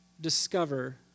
discover